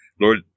Lord